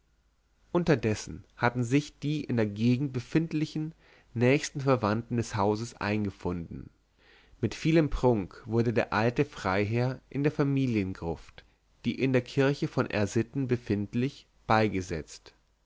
unterdessen hatten sich die in der gegend befindlichen nächsten verwandten des hauses eingefunden mit vielem prunk wurde der alte freiherr in der familiengruft die in der kirche von r sitten befindlich beigesetzt